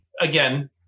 again